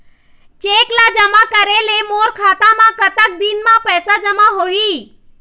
Cheque ला जमा करे ले मोर खाता मा कतक दिन मा पैसा जमा होही?